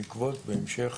בהמשך